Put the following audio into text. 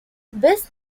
best